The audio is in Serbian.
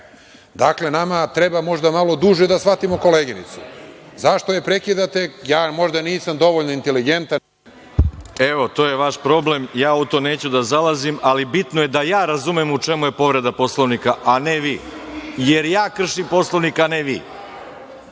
nama treba možda malo duže da shvatimo koleginicu. Zašto je prekidate, ja možda nisam dovoljno inteligentan… **Veroljub Arsić** Evo, to je vaš problem. Ja u to neću da zalazim, ali bitno je da ja razumem u čemu je povreda Poslovnika, a ne vi, jer ja kršim Poslovnik a ne vi. Da